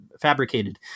fabricated